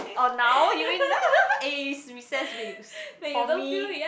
oh now you mean eh it's recess week for me